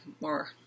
more